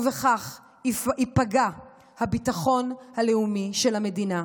ובכך ייפגע הביטחון הלאומי של המדינה,